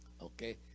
okay